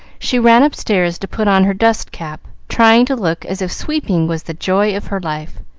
she ran upstairs to put on her dust-cap, trying to look as if sweeping was the joy of her life.